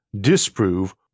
disprove